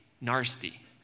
Nasty